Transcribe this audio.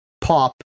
pop